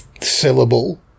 syllable